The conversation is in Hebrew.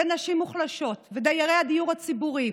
נשים מוחלשות, דיירי הדיור הציבורי,